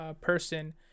person